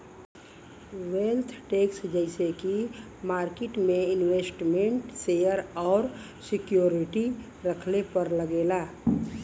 wealth tax जइसे की market में इन्वेस्टमेन्ट शेयर और सिक्योरिटी रखले पर लगेला